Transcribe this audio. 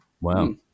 Wow